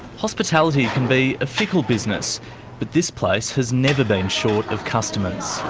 hospitality can be a fickle business but this place has never been short of customers.